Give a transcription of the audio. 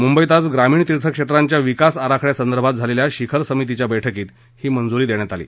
मुंबईत आज ग्रामीण तिर्थक्षेत्रांच्या विकास आराखड्यासंदर्भात झालेल्या शिखर समितीच्या बैठकीत ही मंजूरी देण्यात आली